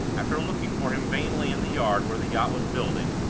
after looking for him vainly in the yard where the yacht was building,